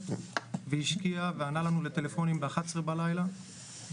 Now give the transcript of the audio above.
שהשקיע וענה לנו לטלפונים ב-23:00 בלילה,